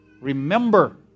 Remember